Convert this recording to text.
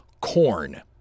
Corn